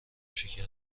شکر